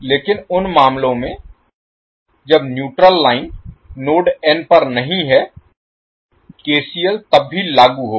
लेकिन उन मामलों में जब न्यूट्रल लाइन नोड n पर नहीं है KCL तब भी लागू होगा